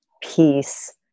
peace